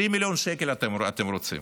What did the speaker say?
20 מיליון שקל אתם רוצים.